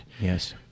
Yes